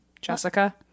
jessica